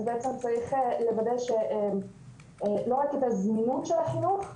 אז בעצם צריך לוודא לא רק את הזמינות של החינוך,